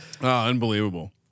unbelievable